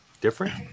different